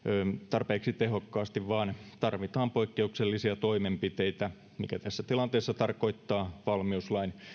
tarpeeksi tehokkaasti vaan tarvitaan poikkeuksellisia toimenpiteitä mikä tässä tilanteessa tarkoittaa valmiuslain